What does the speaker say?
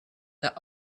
that